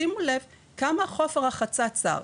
שימו לב כמה חוף הרחצה צר.